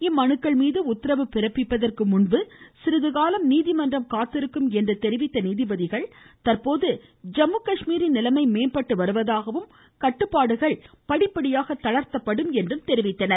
இம்மனுக்கள் மீது உத்தரவு பிறப்பிப்பதற்கு முன்பு சிறிதுகாலம் நீதிமன்றம் காத்திருக்கும் என்று கூறிய நீதிபதிகள் தற்போது ஜம்மு காஷ்மீரின் நிலைமை மேம்பட்டு வருவதாகவும் கட்டுப்பாடுகள் படிப்படியாக தளர்த்தப்படும் என்றும் தெரிவித்தனர்